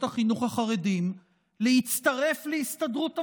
החינוך החרדיים להצטרף להסתדרות המורים.